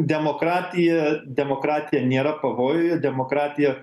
demokratija demokratija nėra pavojuje demokratija